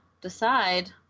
decide